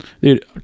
Dude